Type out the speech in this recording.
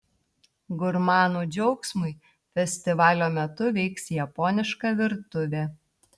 gurmanų džiaugsmui festivalio metu veiks japoniška virtuvė